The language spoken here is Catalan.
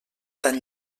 tan